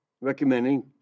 recommending